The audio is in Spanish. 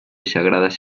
sagradas